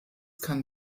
kann